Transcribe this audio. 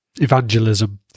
evangelism